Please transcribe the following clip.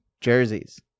jerseys